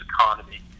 economy